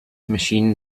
machine